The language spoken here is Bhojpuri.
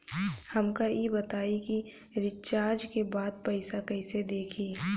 हमका ई बताई कि रिचार्ज के बाद पइसा कईसे देखी?